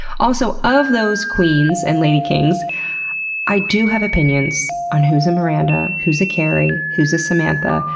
also, of those queens and lady-kings, i do have opinions on who's a miranda, who's a carrie, who's a samantha.